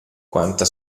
quanta